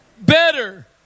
better